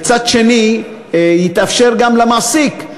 ומצד שני, יתאפשר גם לתת למעסיק את